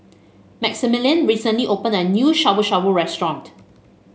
Maximilian recently opened a new Shabu Shabu Restaurant